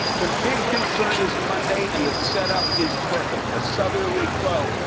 the big concern is monday and the setup is perfect. a southerly flow.